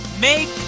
Make